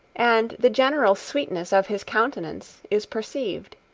and the general sweetness of his countenance, is perceived.